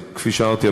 אז כפי שאמרתי,